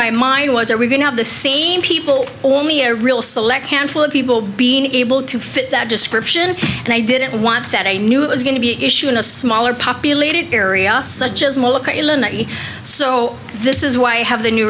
my mind was are we going have the same people or me a real select handful of people being able to fit that description and i didn't want that i knew it was going to be an issue in a smaller populated area such as illinois so this is why i have the new